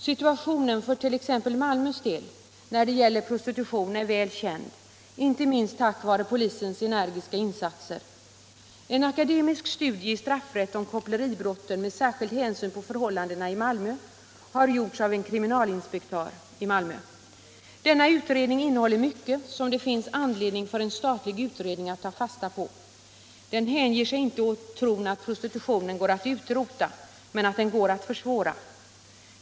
Situationen för t.ex. Malmös del när det gäller prostitution är väl känd, inte minst tack vara polisens energiska insatser. En akademisk studie i straffrätt om koppleribrotten med särskild hänsyn tagen till förhållandena i Malmö har gjorts av en kriminalinspektör i Malmö. Denna utredning innehåller mycket sont det finns anledning för en statlig utredning att ta fasta på. Den hänger sig inte åt tron att prostitutionen går att utrota. men hävdar att den kan försvåras.